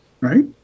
right